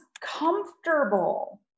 comfortable